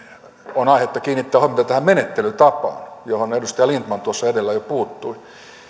on aihetta kiinnittää huomiota tähän menettelytapaan johon edustaja lindtman tuossa edellä jo puuttui